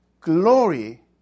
glory